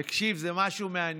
תקשיב, זה משהו מעניין.